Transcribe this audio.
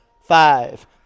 five